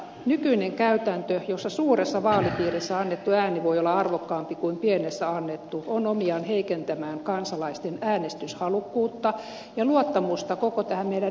nykyinen käytäntö jossa suuressa vaalipiirissä annettu ääni voi olla arvokkaampi kuin pienessä annettu on omiaan heikentämään kansalaisten äänestyshalukkuutta ja luottamusta koko tähän meidän demokraattiseen järjestelmään